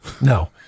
No